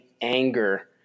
anger